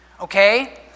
Okay